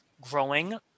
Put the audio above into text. growing